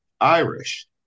Irish